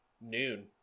noon